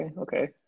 okay